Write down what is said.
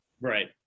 Right